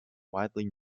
widely